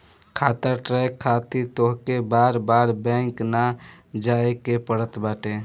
खाता ट्रैक खातिर तोहके बार बार बैंक ना जाए के पड़त बाटे